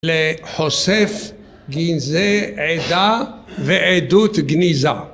‫לחוסף גנזה עדה ועדות גניזה.